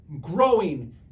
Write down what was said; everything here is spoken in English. growing